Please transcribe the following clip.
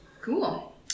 Cool